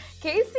Casey